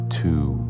two